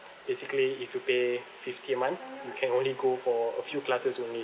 basically if you pay fifty a month you can only go for a few classes only